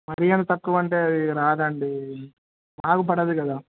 మరీ అంత తక్కువంటే రాదండి మాకు పడదు కదా